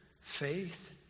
faith